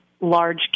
large